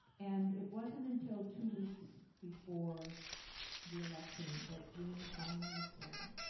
and it wasn't until two weeks before the election that gene finally said,